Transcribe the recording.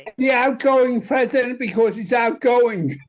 yeah, i'm going to because he's outgoing.